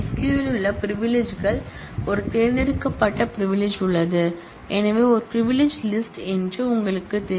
SQL இல் உள்ள பிரிவிலிஜ்கள் ஒரு தேர்ந்தெடுக்கப்பட்ட பிரிவிலிஜ் உள்ளது எனவே இது பிரிவிலிஜ் லிஸ்ட் என்று உங்களுக்குத் தெரியும்